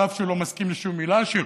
אף שהוא לא מסכים לשום מילה שלו.